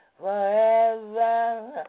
forever